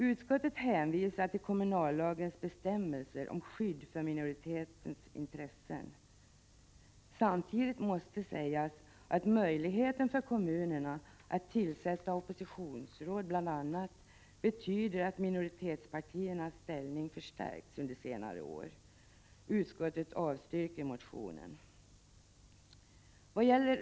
Utskottet hänvisar till kommunallagens bestämmelser om skydd för minoritetens intressen. Samtidigt måste sägas att möjligheten för kommunerna att tillsätta oppositionsråd bl.a. betyder att minoritetspartiernas ställning förstärkts under senare år. Utskottet avstyrker motionen.